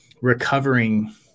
recovering